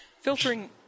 Filtering